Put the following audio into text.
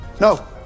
No